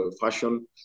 Fashion